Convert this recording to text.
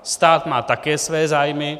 Stát má také své zájmy.